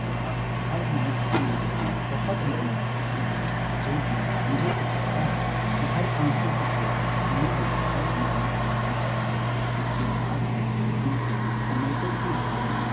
वह हर मैच के लिए बहुत मेहनत करते हैं जो कि मुझे सीखाता है कि हर काम के पहले हमें भी बहुत मेहनत करनी चाहिए इसके साथ ही उनकी समर्पण की भावना